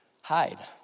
Hide